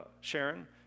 Sharon